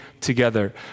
together